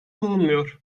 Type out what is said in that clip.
bulunmuyor